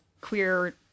queer